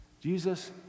Jesus